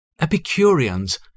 Epicureans